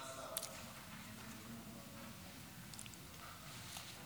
ההצעה להעביר את